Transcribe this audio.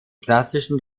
klassischen